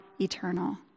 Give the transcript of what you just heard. eternal